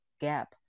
gap